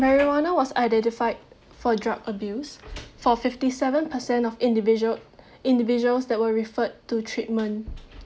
marijuana was identified for drug abuse for fifty seven percent of individual individuals that were referred to treatment